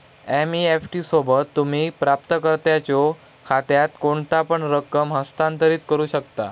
NEFT सोबत, तुम्ही प्राप्तकर्त्याच्यो खात्यात कोणतापण रक्कम हस्तांतरित करू शकता